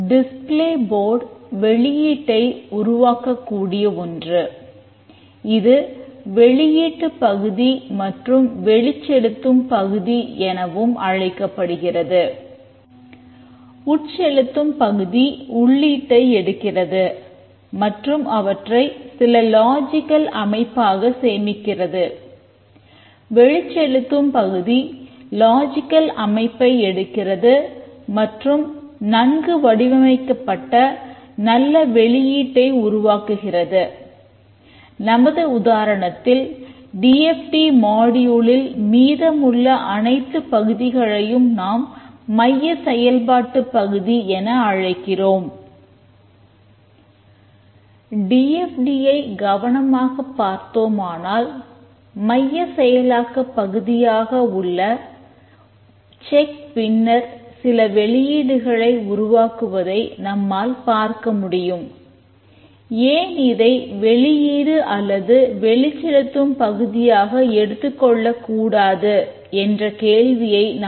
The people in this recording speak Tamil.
டிஸ்பிளே போர்டு மீதமுள்ள அனைத்துப் பகுதிகளையும் நாம் மைய செயல்பாட்டுப் பகுதி என அழைக்கிறோம்